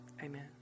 Amen